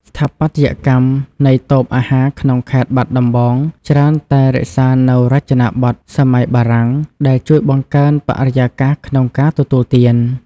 ស្ថាបត្យកម្មនៃតូបអាហារក្នុងខេត្តបាត់ដំបង ច្រើនតែរក្សានូវរចនាប័ទ្មសម័យបារាំង ដែលជួយបង្កើនបរិយាកាសក្នុងការទទួលទាន។